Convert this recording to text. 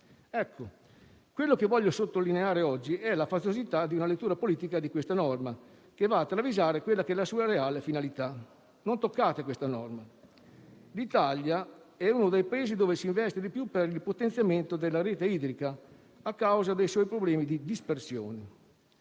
Ecco, quella che voglio sottolineare oggi è la faziosità di una lettura politica di questa norma, che va travisare quella che è la sua reale finalità. Non toccate questa norma. L'Italia è uno dei Paesi dove si investe di più per il potenziamento della rete idrica a causa dei suoi problemi di dispersione.